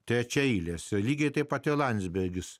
trečiaeilėse lygiai taip pat landsbergis